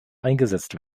eingesetzt